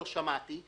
לא שמעתי,